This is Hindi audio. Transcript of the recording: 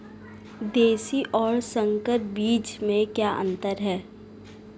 देशी और संकर बीज में क्या अंतर है?